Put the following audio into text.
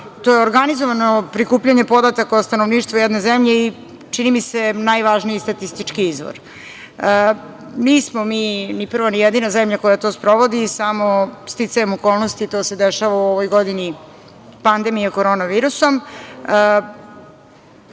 To je organizovano prikupljanje podataka o stanovništvu jedne zemlje i čini mi se najvažniji statistički izvor. Nismo mi ni prva, ni jedina zemlja koja to sprovodi, samo sticajem okolnosti to se dešava u ovoj godini, pandemije korona